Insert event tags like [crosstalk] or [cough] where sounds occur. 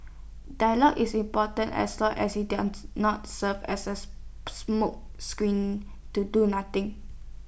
dialogue is important as long as IT does not serve as A [unintelligible] smokescreen to do nothing